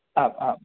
आम् आम्